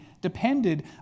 depended